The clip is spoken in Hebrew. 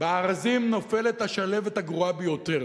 בארזים נופלת השלהבת הגרועה ביותר,